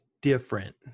different